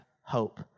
hope